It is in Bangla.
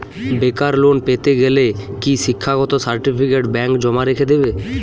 বেকার লোন পেতে গেলে কি শিক্ষাগত সার্টিফিকেট ব্যাঙ্ক জমা রেখে দেবে?